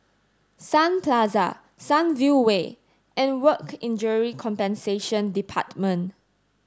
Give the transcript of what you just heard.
Sun Plaza Sunview Way and Work Injury Compensation Department